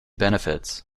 benefits